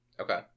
Okay